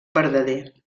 verdader